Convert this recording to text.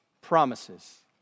promises